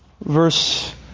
Verse